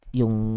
yung